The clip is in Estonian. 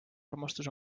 armastus